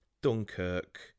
Dunkirk